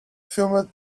filmed